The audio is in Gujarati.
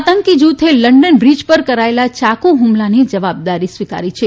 આંતકી જુથે લંડન બ્રીજ ઉપર કરાયેલા યાકુ હ્મલાની જવાબદારી લીધી છે